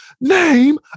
name